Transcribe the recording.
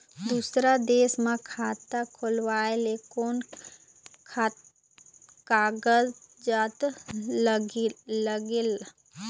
दूसर देश मा खाता खोलवाए ले कोन कागजात लागेल?